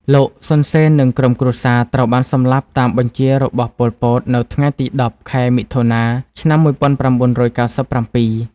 លោក សុន សេន និងក្រុមគ្រួសារត្រូវបាន សម្លាប់តាមបញ្ជារបស់ ប៉ុល ពត នៅ ថ្ងៃទី១០ ខែមិថុនា ឆ្នាំ១៩៩៧ ។